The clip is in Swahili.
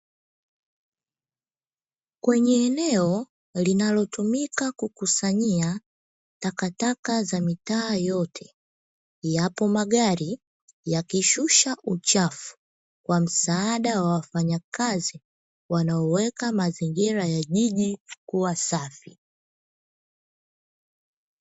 Kwenye eneo linalotumika kukusanyia takataka za mitaa yote; yapo magari yakishusha uchafu kwa msaada wa wafanyakazi, wanaoweka mazingira ya jiji kuwa safi.